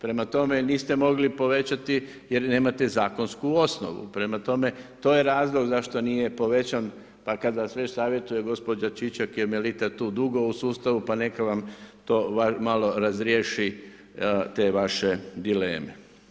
Prema tome, niste mogli povećati jer nemate zakonsku osnovu, prema tome to je razlog zašto nije povećan, pa kada nas već savjetuje gospođa Čičak je Melita tu dugo u sustavu pa neka vam to malo razriješi te vaše dileme.